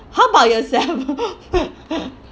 how about yourself